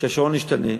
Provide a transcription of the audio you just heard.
כשהשעון ישתנה,